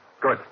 Good